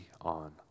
on